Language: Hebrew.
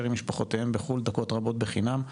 עם משפחותיהם בחו״ל דקות רבות בחינם.